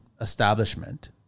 establishment